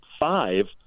five